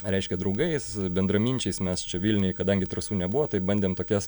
reiškia draugais bendraminčiais mes čia vilniuj kadangi trasų nebuvo tai bandėm tokias